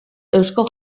eusko